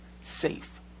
safe